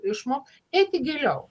išmokt eiti giliau